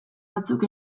batzuk